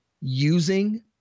using